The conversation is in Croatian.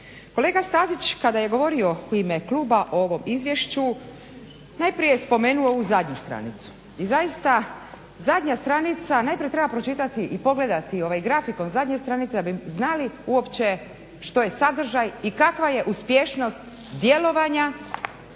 Kolega Stazić kada je govorio u ime kluba o ovom izvješću najprije je spomenuo ovu zadnju stranicu i zaista zadnja stranica najprije treba pročitati i pogledati ovaj grafikon zadnje stranice da bi znali uopće što je sadržaj i kakva je uspješnost djelovanja